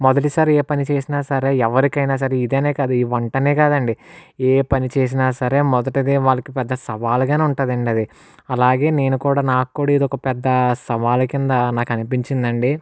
మొదటిసారి ఏ పని చేసినా సరే ఎవ్వరికైనా సరే ఇదనే కాదు ఈ వంటా అనే కాదు అండి ఏ పని చేసినా సరే మొదటది వాళ్ళకి పెద్ద సవాల్గానే ఉంటుంది అండి అది అలాగే నేను కూడా నాకు కూడా ఇది ఒక పెద్ద సవాలు కింద నాకు అనిపించింది అండి